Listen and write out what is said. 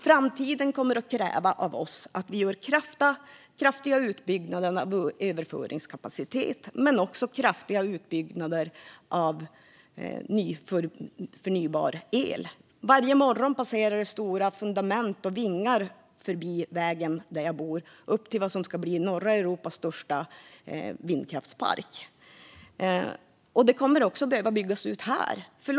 Framtiden kommer att kräva av oss att vi gör kraftiga utbyggnader av överföringskapaciteten men också kraftiga utbyggnader av produktionen av förnybar el. Varje morgon passerar stora fundament och vingar förbi där jag bor på vägen upp till det som ska bli norra Europas största vindkraftspark. Det kommer att behöva byggas ut också här.